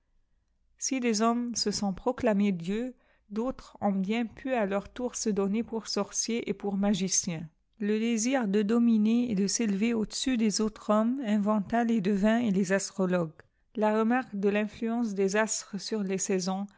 si des hommes se sont proclamés dieux d autres ont bien pu à leur tour se donner pour sorciers et pour magicien le désir de dominer et de s'élever au dessus des autres hommes inventa les devins et les astrologues la remarque de l'influence des astres sur les saisons